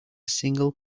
single